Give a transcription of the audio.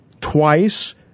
twice